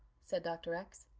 said dr. x.